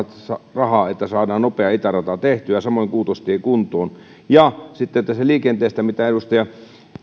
rahaa että saadaan nopea itärata tehtyä samoin kuutostie kuntoon sitten tästä liikenteestä mitä edustaja